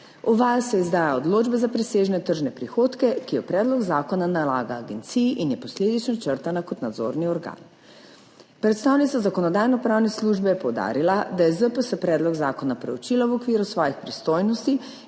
Uvaja se izdaja odločbe za presežne tržne prihodke, ki jo predlog zakona nalaga agenciji in je posledično črtana kot nadzorni organ. Predstavnica Zakonodajno-pravne službe je poudarila, da je ZPS predlog zakona preučila v okviru svojih pristojnosti